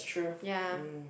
ya